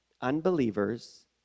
unbelievers